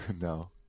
No